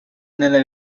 nelle